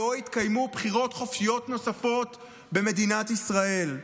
לא יתקיימו בחירות חופשיות נוספות במדינת ישראל.